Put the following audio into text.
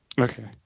Okay